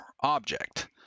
object